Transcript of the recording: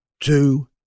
two